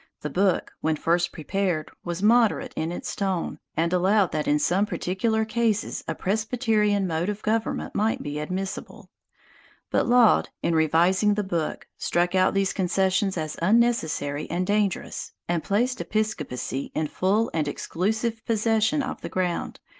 the book, when first prepared, was moderate in its tone, and allowed that in some particular cases a presbyterian mode of government might be admissible but laud, in revising the book, struck out these concessions as unnecessary and dangerous, and placed episcopacy in full and exclusive possession of the ground,